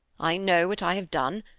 i know what i have done.